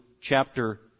chapter